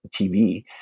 TV